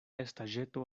estaĵeto